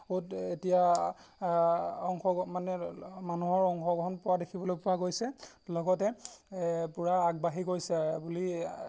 এতিয়া অংশগ মানে মানুহৰ অংশগ্ৰহণ পোৱা দেখিবলৈ পোৱা গৈছে লগতে পূৰা আগবাঢ়ি গৈছে বুলি